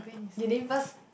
you didn't first